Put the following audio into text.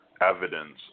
evidence